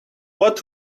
what